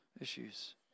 issues